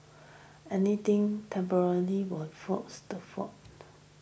anything temporally will floats the float